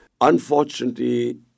Unfortunately